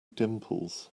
dimples